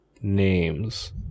names